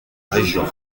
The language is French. région